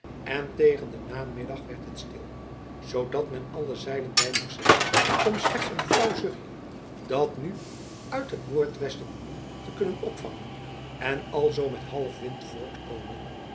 en tegen den namiddag werd het stil zoodat men alle zeilen bij moest zetten om slechts een flauw zuchtje dat nu uit het noordwesten woei te kunnen opvangen en alzoo met halfwind voort te komen